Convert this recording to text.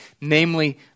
namely